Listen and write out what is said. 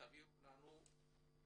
להעביר לנו תכנית